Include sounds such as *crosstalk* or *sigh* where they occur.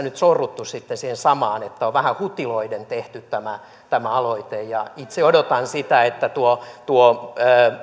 *unintelligible* nyt sorruttu sitten siihen samaan että on vähän hutiloiden tehty tämä tämä aloite ja itse odotan sitä että tuo tuo